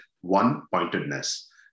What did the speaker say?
one-pointedness